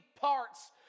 parts